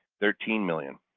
thirteen million.